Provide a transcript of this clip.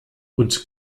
und